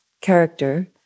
character